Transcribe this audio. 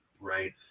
right